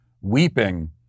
weeping